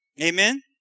Amen